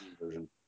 version